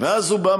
ואז הוא בא,